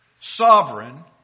sovereign